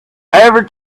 ever